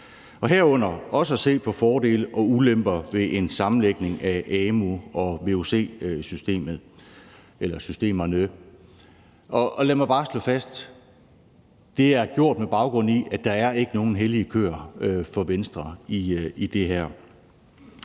herunder også at se på fordele og ulemper ved en sammenlægning af amu- og vuc-systemerne. Og lad mig bare slå fast, at det er gjort, med baggrund i at der ikke er nogen hellige køer for Venstre i det her.